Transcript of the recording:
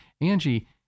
Angie